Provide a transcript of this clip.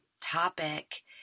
topic